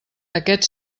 aquest